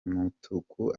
mutuku